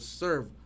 serve